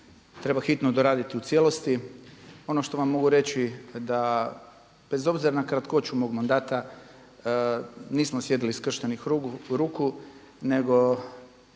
treba hitno doraditi u cijelosti. Ono što vam mogu reći da bez obzira na kratkoću mog mandata nismo sjedili skrštenih ruku nego